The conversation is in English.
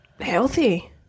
healthy